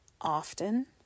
often